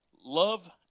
love